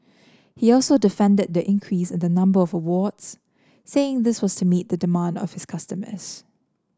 he also defended the increase in the number of awards saying this was to meet the demand of his customers